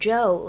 Joe